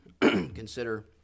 consider